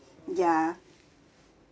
ya